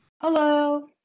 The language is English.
Hello